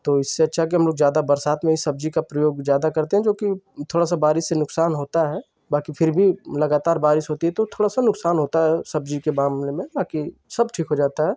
तो इससे अच्छा कि हम लोग ज़्यादा बरसात में ही सब्जी का प्रयोग ज़्यादा करते हैं जो कि थोड़ा सा बारिश से नुकसान होता है बाकी फिर भी लगातार बारिश होती है तो थोड़ा सा नुकसान होता है सब्जी के बामले में बाकी सब ठीक हो जाता है